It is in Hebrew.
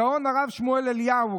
הגאון הרב שמואל אליהו,